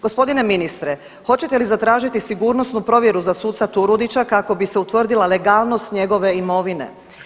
Gospodine ministre hoćete li zatražiti sigurnosnu provjeru za suca Turudića kako bi se utvrdila legalnost njegove imovine?